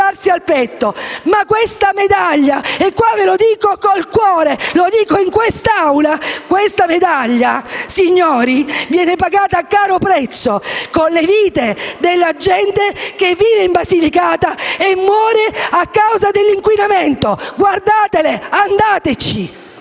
Ma questa medaglia - e ve lo dico col cuore in questa Aula - signori, viene pagata a caro prezzo, con le vite della gente che vive in Basilicata e muore a causa dell'inquinamento. Guardatele! Andateci!